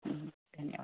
हं हं धन्यवाद